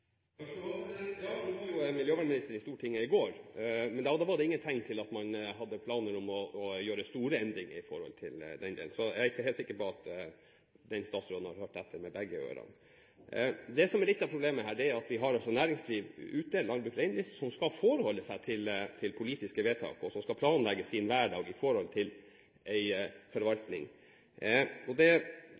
var jo miljøvernministeren i Stortinget i går, men da var det ingen tegn til at man hadde planer om å gjøre store endringer når det gjelder den delen, så jeg er ikke helt sikker på at den statsråden har hørt etter med begge ørene. Det som er litt av problemet her, er at vi har et næringsliv – landbruk og reindrift – som skal forholde seg til politiske vedtak, og som skal planlegge sin hverdag i forhold til en forvaltning. Selv om det